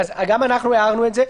גם אנחנו הערנו את זה.